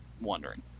wondering